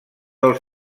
del